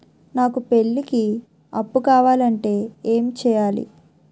నాకు పెళ్లికి అప్పు కావాలంటే ఏం చేయాలి?